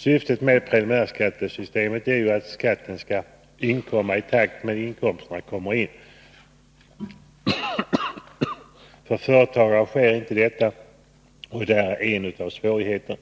Syftet med preliminärskattesystemet är ju att skatten skall inkomma i takt med att inkomsterna kommer in. För företagare sker inte detta, och där är en av svårigheterna.